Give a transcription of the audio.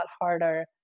harder